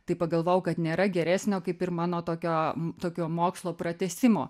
tai pagalvojau kad nėra geresnio kaip ir mano tokio tokio mokslo pratęsimo